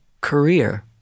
career